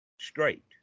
straight